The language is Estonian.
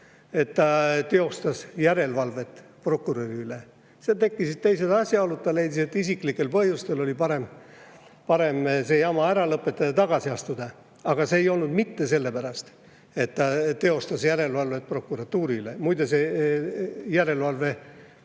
et ta teostas järelevalvet prokuröri üle. Seal tekkisid teised asjaolud ja ta leidis, et isiklikel põhjustel on parem see jama ära lõpetada ja tagasi astuda. See ei olnud mitte sellepärast, et ta teostas järelevalvet prokuratuuri üle. Muide, see järelevalve